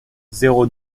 zéro